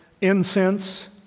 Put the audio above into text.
Incense